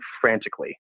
frantically